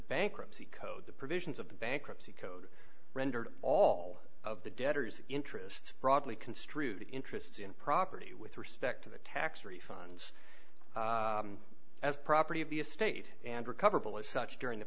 bankruptcy code the provisions of the bankruptcy code rendered all of the debtors interests broadly construed interests in property with respect to the tax refunds as property of the estate and recoverable as such during the